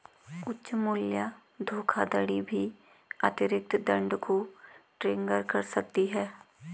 उच्च मूल्य धोखाधड़ी भी अतिरिक्त दंड को ट्रिगर कर सकती है